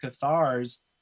Cathars